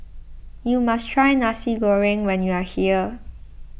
you must try Nasi Goreng when you are here